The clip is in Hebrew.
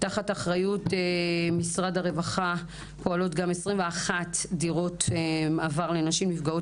תחת אחריות משרד הרווחה פועלת גם 21 דירות מעבר לנשים נפגעות